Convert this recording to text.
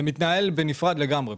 זה מתנהל בנפרד לגמרי.